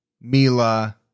Mila